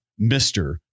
Mr